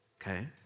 okay